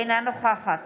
אינה נוכחת